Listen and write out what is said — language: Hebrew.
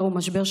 משבר,